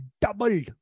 doubled